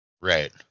right